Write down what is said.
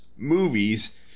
movies